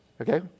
Okay